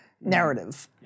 narrative